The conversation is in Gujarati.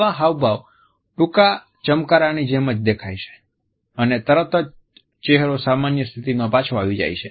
આવા હાવભાવ ટૂંકા ચમકારાની જેમ જ દેખાય છે અને તરત જ ચહેરો સામાન્ય સ્થિતિમાં પાછો આવી જાય છે